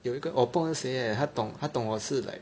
有一个我不懂是谁来的他懂他懂我是 like